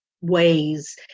ways